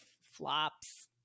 flops